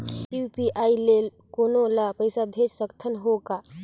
UPI ले कोनो ला पइसा भेज सकत हों का?